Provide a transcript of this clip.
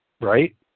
right